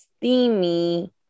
steamy